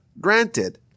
Granted